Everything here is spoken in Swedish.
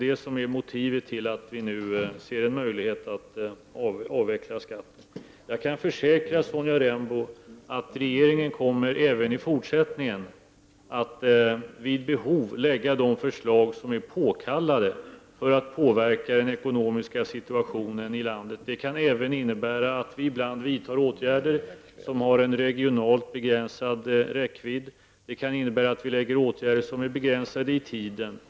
Det är motivet till att vi nu ser en möjlighet att avveckla skatten. Jag kan försäkra Sonja Rembo att regeringen även i fortsättningen kommer att vid behov lägga fram de förslag som är påkallade för att påverka den ekonomiska situationen i landet. Det kan innebära att vi också vidtar åtgärder som har en regionalt begränsad räckvidd, och det kan innebära att vi lägger fram förslag om åtgärder som är begränsade i tiden.